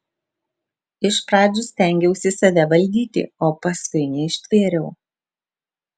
iš pradžių stengiausi save valdyti o paskui neištvėriau